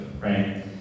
right